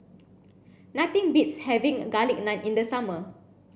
nothing beats having garlic naan in the summer